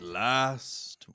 Last